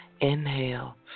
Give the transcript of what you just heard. Inhale